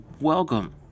welcome